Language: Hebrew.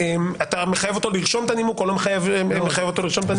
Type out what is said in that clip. אתה מחייב אותו לרשום את הנימוק או לא מחייב לרשום את הנימוק?